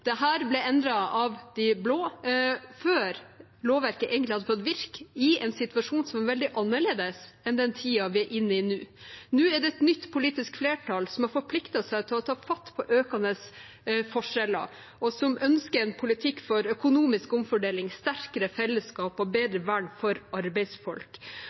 ble endret av de blå før lovverket egentlig hadde fått virke, i en situasjon som er veldig annerledes enn den tiden vi er inne i nå. Nå er det et nytt politisk flertall som har forpliktet seg til å ta fatt på økende forskjeller, og som ønsker en politikk for økonomisk omfordeling, sterkere fellesskap og bedre vern for arbeidsfolk.